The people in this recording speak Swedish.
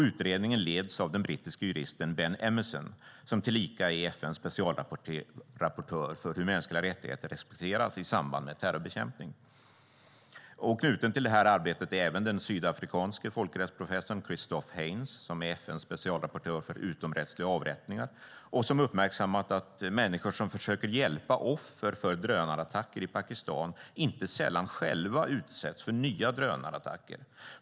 Utredningen leds av den brittiske juristen Ben Emmerson, tillika FN:s specialrapportör för hur mänskliga rättigheter respekteras i samband med terrorbekämpning. Knuten till det här arbetet är även den sydafrikanske folkrättsprofessorn Christof Heyns som är FN:s specialrapportör för utomrättsliga avrättningar och som uppmärksammat att människor som försöker hjälpa offer för drönarattacker i Pakistan inte sällan själva utsätts för nya drönarattacker.